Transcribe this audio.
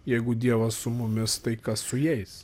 jeigu dievas su mumis tai kas su jais